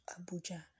Abuja